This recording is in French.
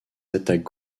attaques